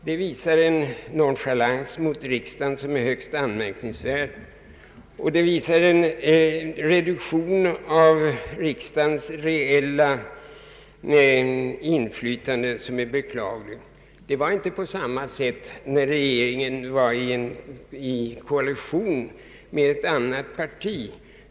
Det visar en nonchalans mot riksdagen som är högst anmärkningsvärd, och det visar en reduktion av riksdagens reella inflytande som är beklaglig. Det förhöll sig inte på samma sätt, när regeringen var i koalition med ett annat parti.